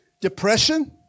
depression